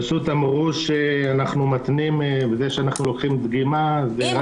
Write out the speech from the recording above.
פשוט אמרו שאנחנו מתנים בזה שאנחנו לוקחים דגימה רק עם תיק משטרתי.